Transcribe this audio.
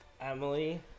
Emily